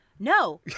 No